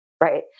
right